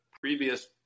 previous